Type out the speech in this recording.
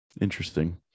Interesting